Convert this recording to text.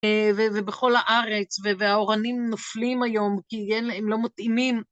ובכל הארץ, והאורנים נופלים היום כי הם לא מתאימים.